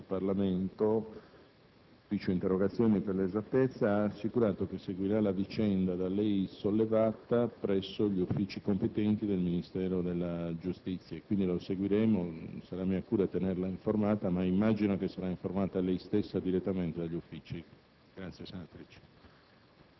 il Parlamento e le riforme istituzionali - l'Ufficio interrogazioni, per l'esattezza - ha assicurato che seguirà la vicenda da lei sollevata presso gli uffici competenti del Ministero della giustizia. Lo seguiremo e sarà mia cura tenerla informata, ma immagino che sarà informata lei stessa